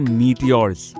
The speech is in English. meteors